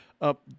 up